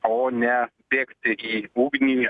o ne bėgti į ugnį